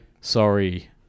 Sorry